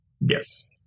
Yes